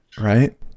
right